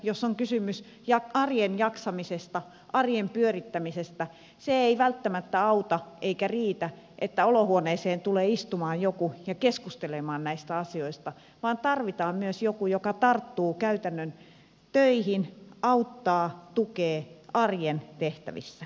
jos on kysymys arjen jaksamisesta arjen pyörittämisestä monessa perheessä ei välttämättä auta eikä riitä että olohuoneeseen tulee istumaan joku ja keskustelemaan näistä asioista vaan tarvitaan myös joku joka tarttuu käytännön töihin auttaa tukee arjen tehtävissä